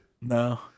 No